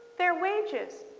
their wages.